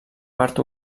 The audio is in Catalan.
part